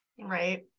right